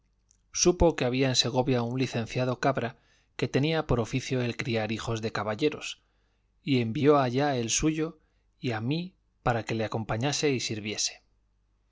supo que había en segovia un licenciado cabra que tenía por oficio el criar hijos de caballeros y envió allá el suyo y a mí para que le acompañase y